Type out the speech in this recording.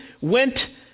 went